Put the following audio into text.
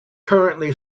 currently